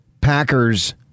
Packers